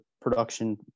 production